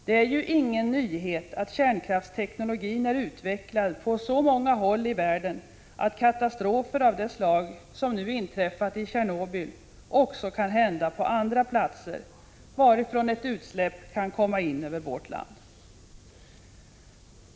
Det är ju ingen nyhet att kärnkraftsteknologin är utvecklad på så många håll i världen att katastrofer av det slag som inträffat i Tjernobyl också kan hända på andra platser, varifrån ett utsläpp kan komma in över vårt land.